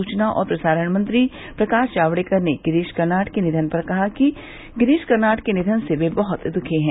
सुचना और प्रसारण मंत्री प्रकाश जावड़ेकर ने गिरीश कर्नाड के निधन पर कहा कि गिरीश कर्नाड के निधन से वे बहुत दुखी हैं